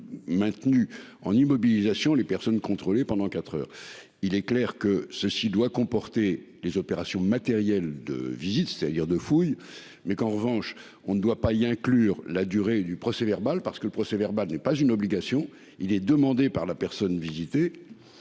Maintenus en immobilisation. Les personnes contrôlées pendant 4h. Il est clair que ceci doit comporter les opérations matérielles de visite c'est-à-dire de fouilles mais qu'en revanche on ne doit pas y inclure la durée du procès verbal parce que le procès verbal n'est pas une obligation. Il est demandé par la personne visitée.